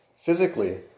physically